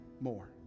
more